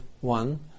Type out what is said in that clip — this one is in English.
one